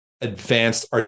advanced